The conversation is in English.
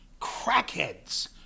crackheads